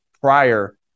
prior